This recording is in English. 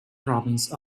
province